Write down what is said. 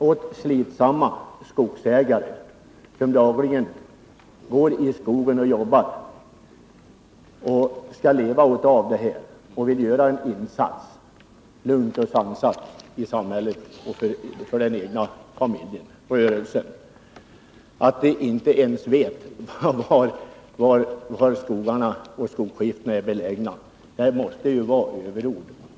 Att säga åt skogsägare som dagligen sliter i skogen och som skall leva av det, människor som vill göra en insats i samhället och för familjen och den egna rörelsen, att de inte ens vet var skogsskiftena är belägna, måste ju vara överord.